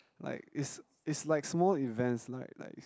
like it's it's like small events like like